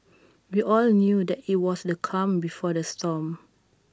we all knew that IT was the calm before the storm